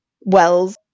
wells